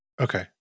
Okay